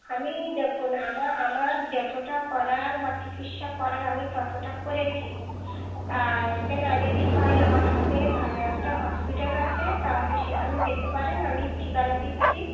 আমি দেখুন আমা আমার যতটা করার বা চিকিৎসা করার আমি ততটা করেছি তা আর এতে না যদি হয় আমার হাতে ভালো একটা হসপিটাল আছে তাহলে সেখানে যেতে পারেন আমি ঠিকানা দিচ্ছি